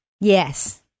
Yes